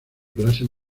clases